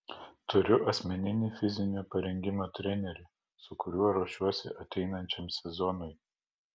turiu asmeninį fizinio parengimo trenerį su kuriuo ruošiuosi ateinančiam sezonui